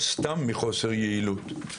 סתם מחוסר יעילות,